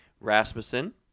Rasmussen